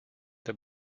the